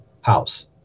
house